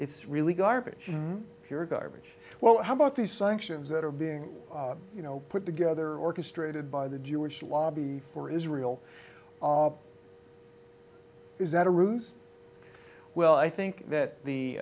it's really garbage pure garbage well how about these sanctions that are being you know put together orchestrated by the jewish lobby for israel is that a ruse well i think that the